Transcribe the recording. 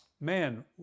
Man